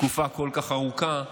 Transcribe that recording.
תקופה כל כך ארוכה מהממשלה,